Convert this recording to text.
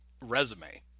resume